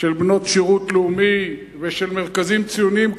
של בנות שירות לאומי ושל מרכזים ציוניים,